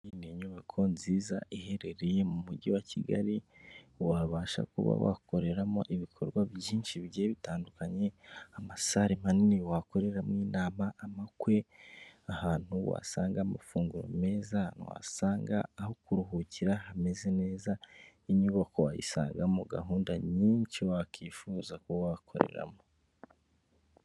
Iyi ni inyubako nziza iherereye mu Mujyi wa Kigali, wabasha kuba wakoreramo ibikorwa byinshi bigiye bitandukanye, amasare manini wakoreramo inama, amakwe, ahantu wasanga amafunguro meza, ahantu wasanga aho kuruhukira hameze neza, iyi nyubako wayisangamo gahunda nyinshi wakwifuza kuba wakoreramo.